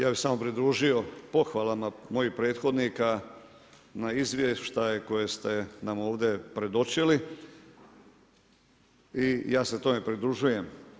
Ja bih se pridružio pohvalama mojih prethodnika na izvještaj koji ste nam ovdje predočili i ja se tome pridružujem.